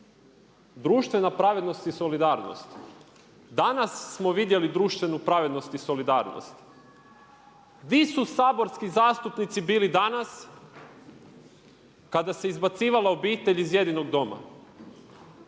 društvena pravednost i solidarnost. Danas smo vidjeli društvenu pravednost i solidarnost. Gdje su saborski zastupnici bili danas kada se izbacivala obitelj iz jedinog doma?